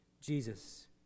Jesus